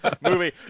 movie